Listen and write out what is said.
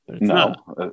No